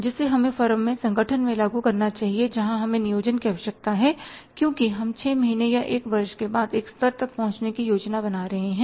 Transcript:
जिसे हमें फर्म में संगठन में लागू करना चाहिए वहाँ हमें नियोजन की आवश्यकता है क्योंकि हम 6 महीने या 1 वर्ष के बाद एक स्तर तक पहुंचने की योजना बना रहे हैं